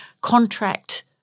contract